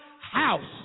house